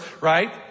right